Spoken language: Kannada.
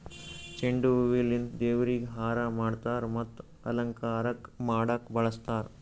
ಚೆಂಡು ಹೂವಿಲಿಂತ್ ದೇವ್ರಿಗ್ ಹಾರಾ ಮಾಡ್ತರ್ ಮತ್ತ್ ಅಲಂಕಾರಕ್ಕ್ ಮಾಡಕ್ಕ್ ಬಳಸ್ತಾರ್